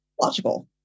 logical